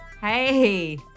Hey